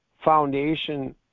foundation